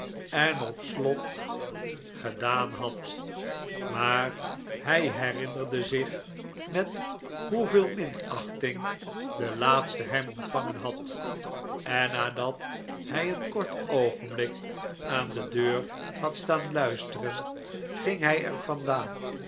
en op slot gedaan had maar hij herinnerde zich met hoeveel minachting de laatste hem ontvangen had en nadat hij een kort oogenblik aan de deur had staan luisteren ging hij er vandaan